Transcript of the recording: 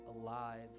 alive